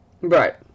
right